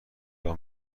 راه